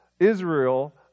Israel